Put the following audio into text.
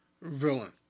villain